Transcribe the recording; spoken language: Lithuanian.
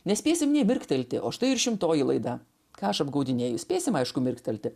nespėsim nė mirktelti o štai ir šimtoji laida ką aš apgaudinėju spėsim aišku mirktelti